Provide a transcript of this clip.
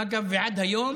אגב, עד היום